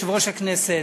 הכנסת,